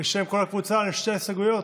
יש שתי הסתייגויות.